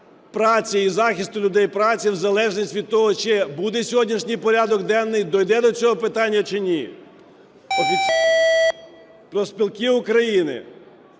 праці і захисту людей праці в залежність від того, чи сьогоднішній порядок денний дійде до цього питання, чи ні. Профспілки України